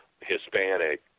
Hispanic